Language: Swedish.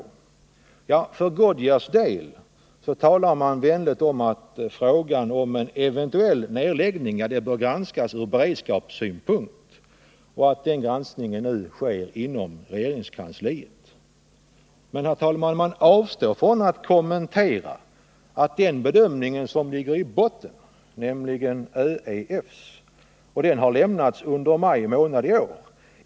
Beträffande Goodyear talar man vänligt om att frågan om en eventuell nedläggning bör granskas från beredskapssynpunkt och att granskningen nu sker inom regeringskansliet. Men man avstår, herr talman, från att kommentera den bedömning som ligger i botten, nämligen ÖEF:s bedömning, som har lämnats under maj månad i år.